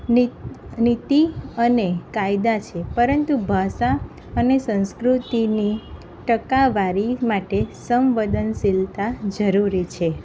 નીતિ અને કાયદા છે પરંતુ ભાષા અને સંસ્કૃતિ ની ટકાવારી માટે સંવેદનશીલતા જરૂરી છે